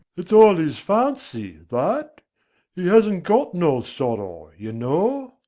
it's all his fancy, that he hasn't got no sorrow, you know.